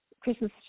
Christmas